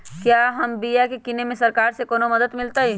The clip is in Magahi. क्या हम बिया की किने में सरकार से कोनो मदद मिलतई?